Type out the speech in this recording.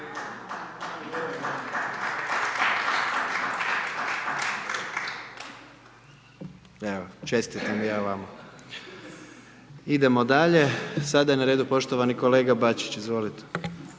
Evo, čestitam ja vama. Idemo dalje, sada je na redu poštovani kolega Bačić, izvolite.